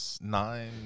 nine